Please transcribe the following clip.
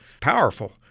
powerful